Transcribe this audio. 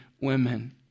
women